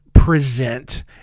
Present